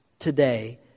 today